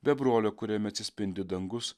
be brolio kuriame atsispindi dangus